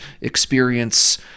experience